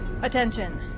Attention